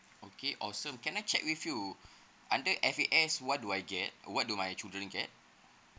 okay awesome can I check with you under F_A_S what do I get uh what do my children get